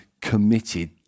committed